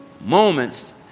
moments